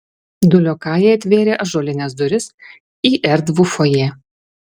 du liokajai atvėrė ąžuolines duris į erdvų fojė